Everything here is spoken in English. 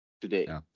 today